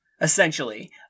essentially